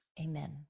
Amen